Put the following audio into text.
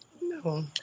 no